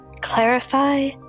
clarify